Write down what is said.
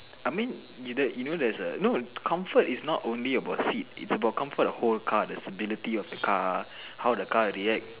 I mean you don't you know there's no comfort is not only about seat is about comfort of whole car the stability of the car how the car react